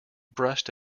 brushed